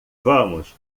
vamos